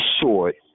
short